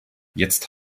jetzt